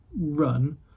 run